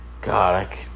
God